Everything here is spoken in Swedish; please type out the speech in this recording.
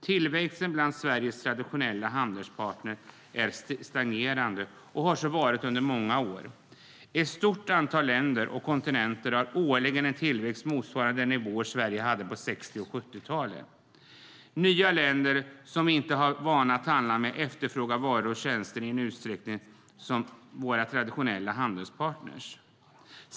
Tillväxten bland Sveriges traditionella handelspartner är stagnerande och har så varit under många år. Ett stort antal länder och kontinenter har årligen en tillväxt motsvarande nivåer Sverige hade på 60 och 70-talen. Nya länder som vi inte har för vana att handla med efterfrågar varor och tjänster i samma utsträckning som våra traditionella handelspartner.